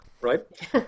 Right